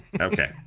okay